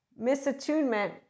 Misattunement